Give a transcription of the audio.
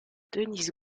denise